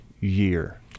year